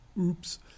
oops